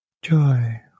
joy